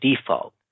default